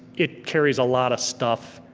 it carries a lot of stuff,